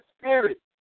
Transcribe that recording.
Spirit